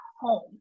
home